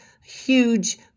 huge